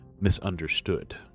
misunderstood